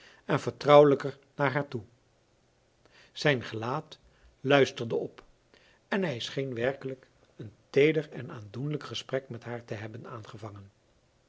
en vertrouwelijker naar haar toe zijn gelaat luisterde op en hij scheen werkelijk een teeder en aandoenlijk gesprek met haar te hebben aangevangen